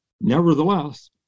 Nevertheless